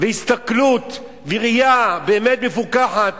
בהסתכלות וראייה באמת מפוקחת,